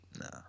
No